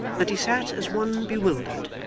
that he sat as one bewildered,